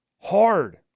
hard